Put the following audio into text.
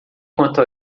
quanto